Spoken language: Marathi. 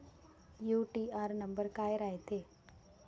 यू.टी.आर नंबर काय रायते?